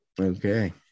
Okay